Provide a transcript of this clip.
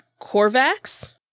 Corvax